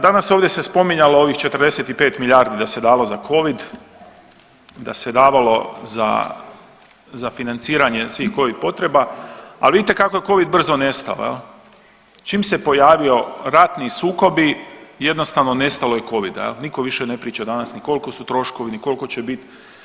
Danas ovdje se spominjalo ovih 45 milijardi da se dalo za covid, da se davalo za, za financiranje svih covid potreba, a vidite kako je covid brzo nestao jel, čim se pojavio ratni sukobi jednostavno nestalo je covida jel, niko više ne priča danas ni kolko su troškovi, ni kolko će bit.